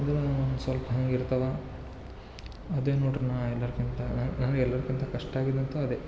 ಇದು ಒಂದುಸ್ವಲ್ಪ ಹಂಗಿರ್ತಾವ ಅದೇ ನೋಡ್ರಿ ನಾ ಎಲ್ರಕ್ಕಿಂತ ನಂಗೆ ಎಲ್ರಕ್ಕಿಂತ ಕಷ್ಟ ಆಗಿದಂತೂ ಅದೇ